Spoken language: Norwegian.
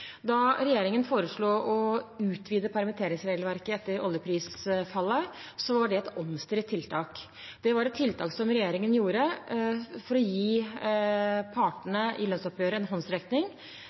Da regjeringen foreslo å utvide permitteringsregelverket etter oljeprisfallet, var det et omstridt tiltak. Det var et tiltak som regjeringen gjorde for å gi partene i lønnsoppgjøret en håndsrekning.